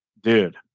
Dude